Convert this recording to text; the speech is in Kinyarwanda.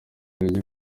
gikwiye